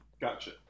Gotcha